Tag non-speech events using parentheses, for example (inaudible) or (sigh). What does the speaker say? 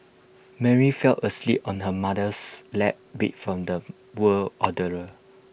Mary fell asleep on her mother's lap beat from the (unintelligible) ordeal